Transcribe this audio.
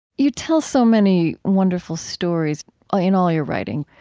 you tell so many wonderful stories ah in all your writing.